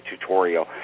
tutorial